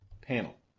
panel